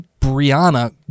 brianna